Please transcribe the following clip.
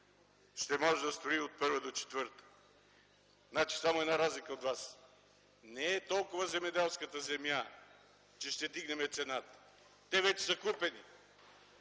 ще може да строи от първа до четвърта. Само една разлика от вас – не е толкова земеделската земя, че ще вдигнем цената. Те вече са купени.